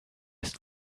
ist